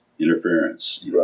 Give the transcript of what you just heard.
interference